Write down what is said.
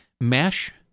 mesh